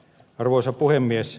arvoisa puhemies